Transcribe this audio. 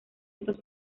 estos